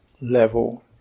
level